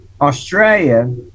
Australia